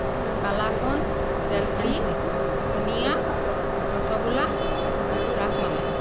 কালাকান্দ জেলেপী বুনিয়া ৰসগোল্লা আৰু ৰসমলাই